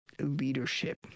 leadership